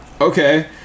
Okay